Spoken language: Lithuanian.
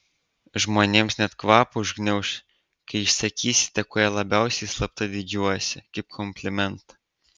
žmonėms net kvapą užgniauš kai išsakysite kuo jie labiausiai slapta didžiuojasi kaip komplimentą